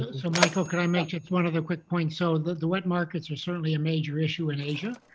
um so michael could i mention one other quick point? so the wet markets are certainly a major issue in asia.